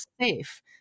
safe